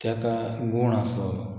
ताका गूण आसप